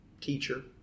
teacher